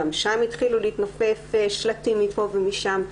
גם שם התחילו להתנוסס שלטים מפה ומשם.